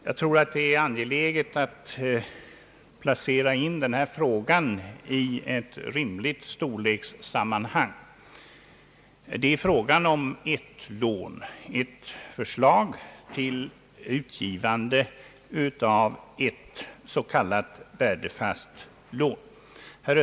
Jag tror att det är angeläget att placera in den här frågan i ett rimligt storlekssammanhang. Förslaget avser utgivande av ett s.k. värdefast lån.